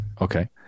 Okay